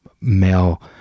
male